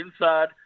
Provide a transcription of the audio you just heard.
inside